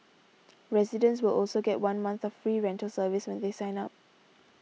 residents will also get one month of free rental service when they sign up